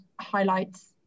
highlights